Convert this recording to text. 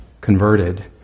converted